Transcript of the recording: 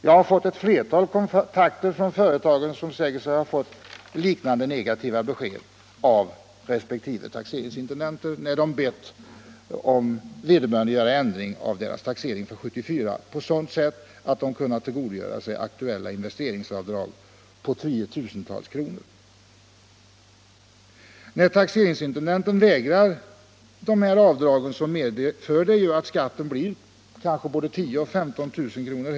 Jag har fått kontakt med ett flertal företagare som säger sig ha fått liknande negativa besked av resp. taxeringsintendent när de bett vederbörande göra ändring av deras taxering för 1974 på sådant sätt att de kunnat tillgodogöra sig aktuella investeringsavdrag på tiotusentals kronor. När taxeringsintendenten vägrar dessa avdrag medför det att skatten kanske blir både 10 000 och 15 000 kr.